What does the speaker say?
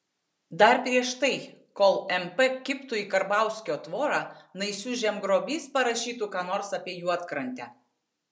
dar prieš tai kol mp kibtų į karbauskio tvorą naisių žemgrobys parašytų ką nors apie juodkrantę